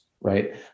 right